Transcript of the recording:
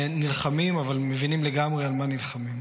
נלחמים, אבל מבינים לגמרי על מה נלחמים.